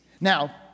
Now